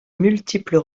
multiples